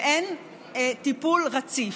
ואין טיפול רציף.